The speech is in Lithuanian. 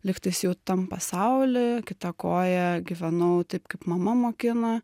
lygtais jau tam pasauly kita koja gyvenau taip kaip mama mokina